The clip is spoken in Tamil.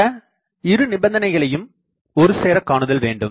இந்த இரு நிபந்தனைகளையும் ஒருசேர காணுதல் வேண்டும்